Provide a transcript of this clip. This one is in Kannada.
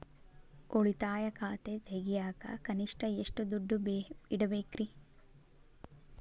ಉಳಿತಾಯ ಖಾತೆ ತೆಗಿಯಾಕ ಕನಿಷ್ಟ ಎಷ್ಟು ದುಡ್ಡು ಇಡಬೇಕ್ರಿ?